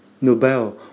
Nobel